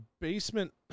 basement